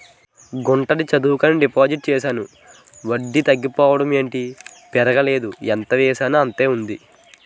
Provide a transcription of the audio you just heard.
గుంటడి చదువుకని డిపాజిట్ చేశాను వడ్డీ తగ్గిపోవడం ఏటి పెరగలేదు ఎంతేసానంతే ఉంది